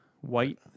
White